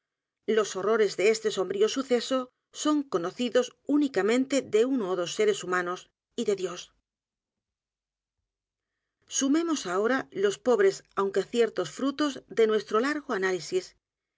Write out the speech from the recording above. los horrores de este sombrío suceso son oonocidos únicamente de uno ó dos seres humanos y de dios sumemos ahora los pobres aunque ciertos frutos de nuestro largo análisis